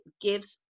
gives